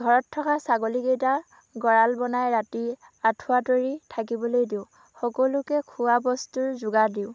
ঘৰত থকা ছাগলীকেইটা গৰাল বনাই ৰাতি আঁঠুৱা তৰি থাকিবলৈ দিওঁ সকলোকে খোৱা বস্তুৰ যোগাৰ দিওঁ